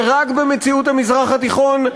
שרק במציאות המזרח התיכון,